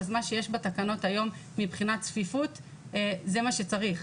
מה שיש בתקנות היום מבחינת צפיפות זה מה שצריך,